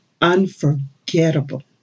unforgettable